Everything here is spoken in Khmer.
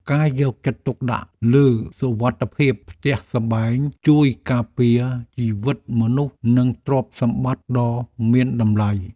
ការយកចិត្តទុកដាក់លើសុវត្ថិភាពផ្ទះសម្បែងជួយការពារជីវិតមនុស្សនិងទ្រព្យសម្បត្តិដ៏មានតម្លៃ។